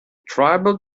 tribal